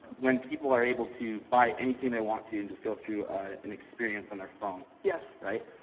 when people are able to buy anything they want to and just go through an experience on their phone. yes. right?